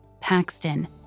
Paxton